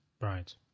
right